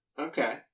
Okay